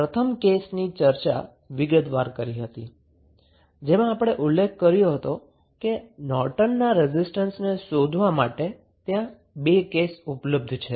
જેમાં આપણે પ્રથમ કેસની ચર્ચા વિગતવાર કરી હતી જેમાં આપણે ઉલ્લેખ કર્યો હતો કે નોર્ટનના રેઝિસ્ટન્સને શોધવા માટે ત્યાં 2 કેસ ઉપલબ્ધ છે